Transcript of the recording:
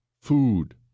food